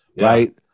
Right